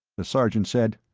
the sergeant said,